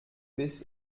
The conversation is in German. biss